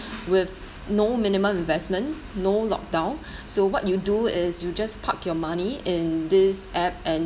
with no minimum investment no lockdown so what you do is you just park your money in this app and